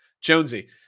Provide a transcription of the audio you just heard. Jonesy